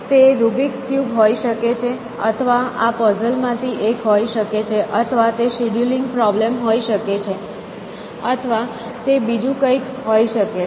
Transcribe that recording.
તે Rubik's cube હોઈ શકે છે અથવા આ પઝલ માંથી એક હોઈ શકે છે અથવા તે શેડ્યુલિંગ પ્રોબ્લેમ હોઈ શકે છે અથવા તે બીજું કંઈક હોઈ શકે છે